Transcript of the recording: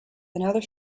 another